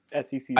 SEC